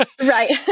Right